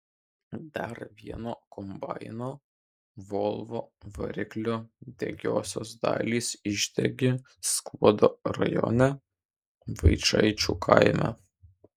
dar vieno kombaino volvo variklio degiosios dalys išdegė skuodo rajone vaičaičių kaime